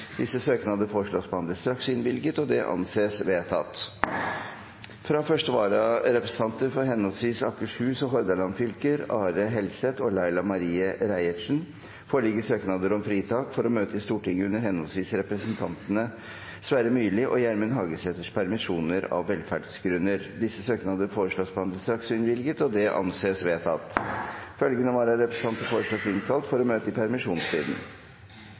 Disse søknader foreslås behandlet straks og innvilget. – Det anses vedtatt. Fra første vararepresentant for henholdsvis Akershus og Hordaland fylker, Are Helseth og Laila Marie Reiertsen , foreligger søknader om fritak for å møte i Stortinget under henholdsvis representantene Sverre Myrli og Gjermund Hagesæters permisjoner, av velferdsgrunner. Etter forslag fra presidenten ble enstemmig besluttet: Søknadene behandles straks og innvilges. Følgende vararepresentanter foreslås innkalt for å møte i permisjonstiden: